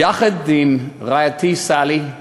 יחד עם רעייתי, סאלי,